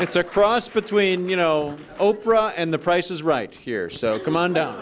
it's a cross between you know oprah and the price is right here so come on down